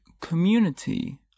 community